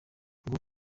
nguwo